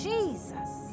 Jesus